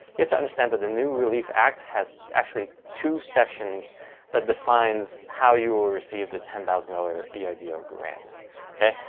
you have to understand that the new relief act has actually two sections that defines how you will receive the ten thousand dollars yeah eidl grant okay.